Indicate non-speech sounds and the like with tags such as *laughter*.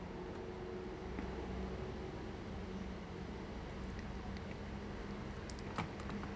*laughs*